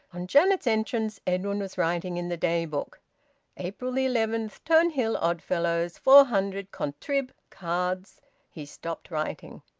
on janet's entrance, edwin was writing in the daybook april eleventh. turnhill oddfellows. four hundred contrib. cards he stopped writing.